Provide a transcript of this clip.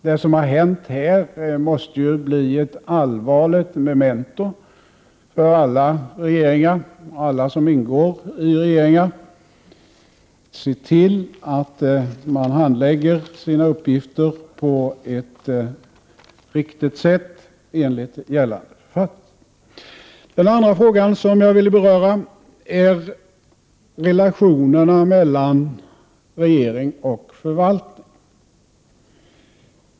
Det som har hänt här måste bli ett allvarligt memento för alla regeringar och alla som ingår i regeringar att se till, att man handlägger sina uppgifter på ett riktigt sätt enligt gällande författning. Den andra fråga som jag vill beröra är relationerna mellan regering och förvaltning.